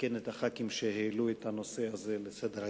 אעדכן את הח"כים שהעלו את הנושא הזה לסדר-היום.